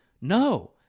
No